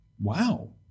Wow